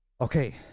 Okay